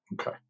Okay